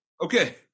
okay